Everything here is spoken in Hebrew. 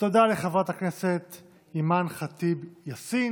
תודה לחברת הכנסת אימאן ח'טיב יאסין.